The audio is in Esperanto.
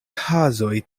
kazoj